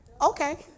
okay